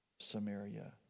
Samaria